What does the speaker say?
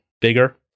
bigger